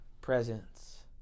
presence